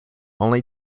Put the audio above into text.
only